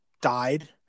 died